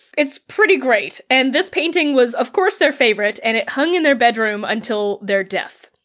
it's pretty great. and this painting was of course their favorite and it hung in their bedroom until their death.